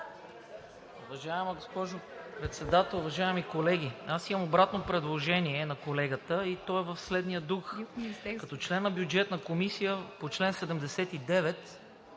Уважаема госпожо Председател, уважаеми колеги! Имам обратно предложение на колегата и то е в следния дух: като член на Бюджетната комисия по чл. 79